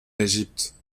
égypte